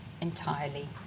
entirely